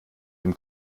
dem